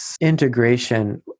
integration